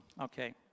Okay